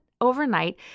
overnight